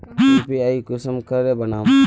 UPI कुंसम करे बनाम?